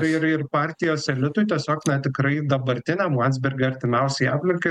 ir ir partijos elitui tiesiog na tikrai dabartiniam landsbergio artimiausiai aplinkai